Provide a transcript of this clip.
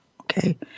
Okay